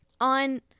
on